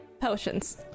Potions